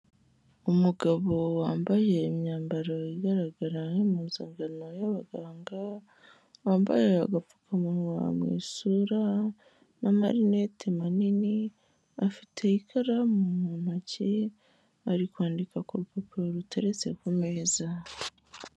Umugabo wambaye imyambaro igaragara nk'impunzangano y'abaganga, wambaye agapfukamunwa mu isura n'amarinete manini, afite ikaramu mu ntoki, ari kwandika ku rupapuro ruteretse ku meza.